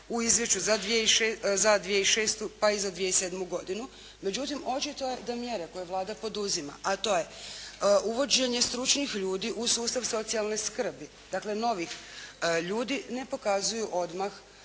u izvješću za 2006. pa i za 2007. godinu. Međutim, očito je da mjere koje Vlada poduzima, a to je uvođenje stručnih ljudi u sustav socijalne skrbi, dakle novi ljudi ne pokazuju odmah